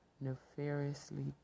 nefariously